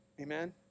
Amen